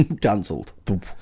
Cancelled